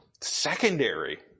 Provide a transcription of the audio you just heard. secondary